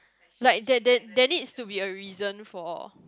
like there there there needs to be a reason for